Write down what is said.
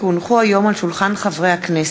כי הונחו היום על שולחן הכנסת,